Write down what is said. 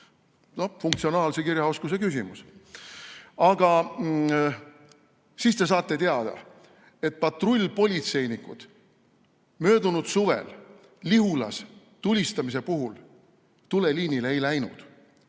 – funktsionaalse kirjaoskuse küsimus!), siis te saate teada, et patrullpolitseinikud möödunud suvel Lihulas toimunud tulistamise puhul tuleliinile ei läinud.